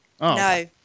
No